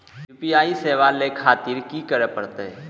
UPI सेवा ले खातिर की करे परते?